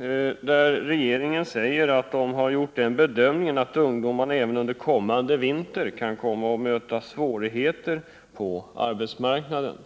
Arbetsmarknadsministern säger att regeringen gjort bedömningen att ungdomarna även under kommande vinter kan komma att möta svårigheter på arbetsmarknaden.